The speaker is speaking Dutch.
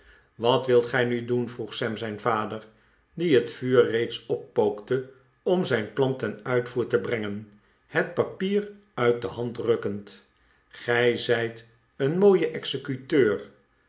wat wilt gij nou do en vroeg sam zijn vader die het vuur reeds oppookte om zijn plan ten uitvoer te brengen het papier uit de hand rukkend gij zijt een mooie